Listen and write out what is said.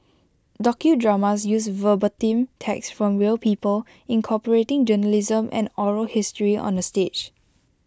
docudramas use verbatim text from real people incorporating journalism and oral history on the stage